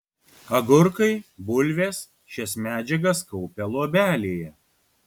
agurkai bulvės šias medžiagas kaupia luobelėje